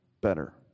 better